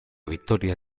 victoria